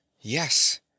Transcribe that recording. yes